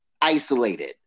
isolated